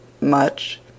much